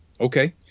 okay